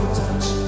touch